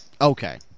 Okay